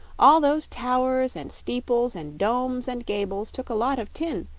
all those towers and steeples and domes and gables took a lot of tin,